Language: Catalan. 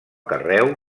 carreu